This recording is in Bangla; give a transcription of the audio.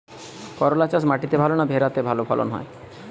করলা চাষ মাটিতে ভালো না ভেরাতে ভালো ফলন হয়?